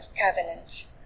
covenant